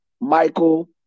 Michael